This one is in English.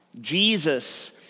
Jesus